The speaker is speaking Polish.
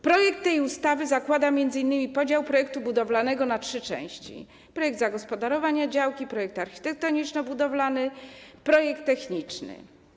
Projekt tej ustawy zakłada m.in. podział projektu budowlanego na trzy części: projekt zagospodarowania działki, projekt architektoniczno-budowlany i projekt techniczny.